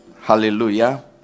hallelujah